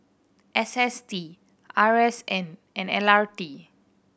S S T R S N and L R T